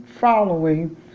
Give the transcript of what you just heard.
following